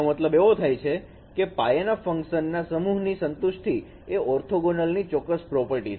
એનો મતલબ એવો થાય છે કે પાયાના ફંકશનના સમૂહની સંતુષ્ટિ એ ઓર્થોગોનાલીટી ની ચોક્કસ પ્રોપર્ટી છે